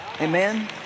Amen